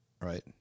Right